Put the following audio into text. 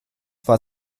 war